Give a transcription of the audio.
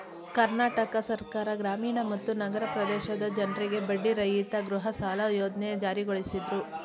ಕರ್ನಾಟಕ ಸರ್ಕಾರ ಗ್ರಾಮೀಣ ಮತ್ತು ನಗರ ಪ್ರದೇಶದ ಜನ್ರಿಗೆ ಬಡ್ಡಿರಹಿತ ಗೃಹಸಾಲ ಯೋಜ್ನೆ ಜಾರಿಗೊಳಿಸಿದ್ರು